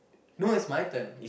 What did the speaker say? no it's my turn